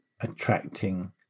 attracting